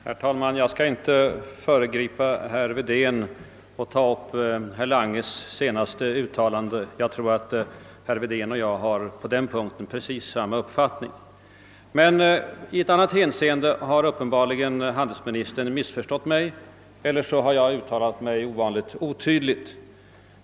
Herr talman! Jag skall inte föregripa herr Wedéns replik genom att bemöta herr Langes senaste uttalande. Jag tror att herr Wedén och jag på den punkten har precis samma uppfattning. I ett hänseende har handelsministern uppenbarligen missförstått mig eller också har jag uttalat mig ovanligt oklart.